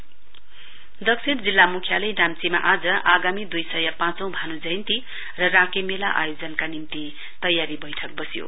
भानु जयन्ती दक्षिण जिल्ला मुख्यालय नाम्चीमा आज आगामी दुइ सय पाँचौं भानु जयन्ती र राँके मेला आयोजनका निम्ति तयारी बैठक बस्यो